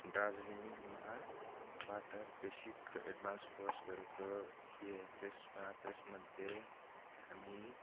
दार्जिलिङमाबाट basic र advance course गरेको थिएँ त्यसमा त्यसमध्ये हामी